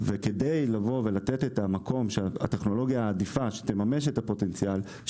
וכדי לבוא ולתת את המקום לכך שהטכנולוגיה העדיפה תממש את הפוטנציאל,